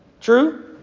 True